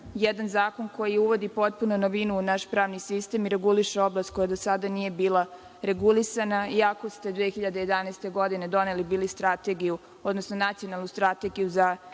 jedan zakon koji uvodi potpunu novinu u naš pravni sistem i reguliše oblast koja do sada nije bila regulisana. Iako ste 2011. godine doneli bili Nacionalnu strategiju za